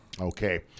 Okay